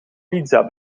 pizza